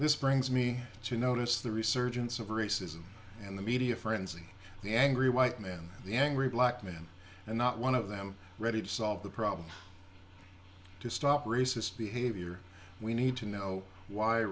this brings me to notice the resurgence of racism and the media frenzy the angry white man the angry black man and not one of them ready to solve the problem to stop racist behavior we need to know why